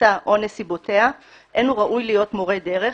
חומרתה או נסיבותיה אין הוא ראוי להיות מורה דרך,